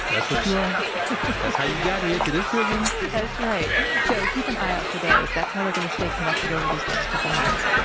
that's what you are. that's how you got here to this prison that's right, so keep an eye out for those. that's how we're gonna stay connected over these next couple months